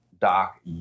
doc